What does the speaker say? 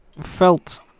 felt